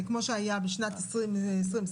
כמו שהיה בשנת 2021-2020,